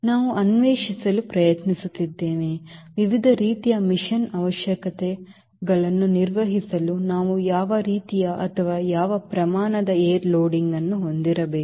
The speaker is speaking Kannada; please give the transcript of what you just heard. ನಾವು ಅನ್ವೇಷಿಸಲು ಪ್ರಯತ್ನಿಸುತ್ತಿದ್ದೇವೆ ವಿವಿಧ ರೀತಿಯ ಮಿಷನ್ ಅವಶ್ಯಕತೆಗಳನ್ನು ನಿರ್ವಹಿಸಲು ನಾವು ಯಾವ ರೀತಿಯ ಅಥವಾ ಯಾವ ಪ್ರಮಾಣದ air loadingಅನ್ನು ಹೊಂದಿರಬೇಕು